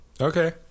Okay